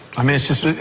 i mean, it's just,